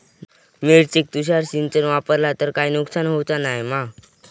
मिरचेक तुषार सिंचन वापरला तर काय नुकसान होऊचा नाय मा?